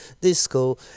disco